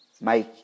make